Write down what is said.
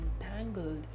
entangled